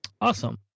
Awesome